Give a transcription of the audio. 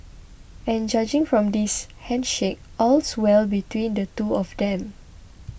and judging from this handshake all's well between the two of them